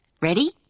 Ready